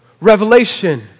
revelation